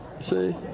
see